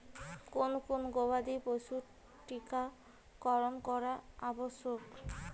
কোন কোন গবাদি পশুর টীকা করন করা আবশ্যক?